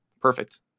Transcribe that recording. perfect